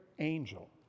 angel